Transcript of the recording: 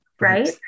right